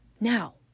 Now